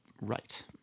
Right